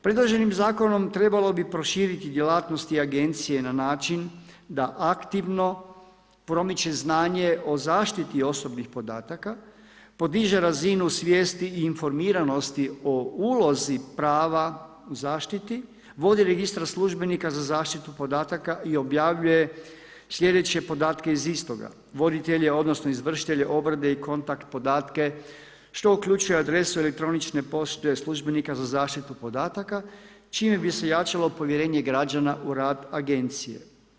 Predloženim zakonom trebalo bi proširiti djelatnosti agencije na način da aktivno promiče znanje o zaštiti osobnih podataka, podiže razinu svijesti i informiranosti o ulozi prava o zaštiti, vodi registar službenika za zaštitu podataka i objavljuje sljedeće podatke iz istoga, voditelje, odnosno izvršitelje obrade i kontakt podatke što uključuje adresu elektronične pošte službenika za zaštitu podataka, čime bi se jačalo povjerenje građana u rad agencije.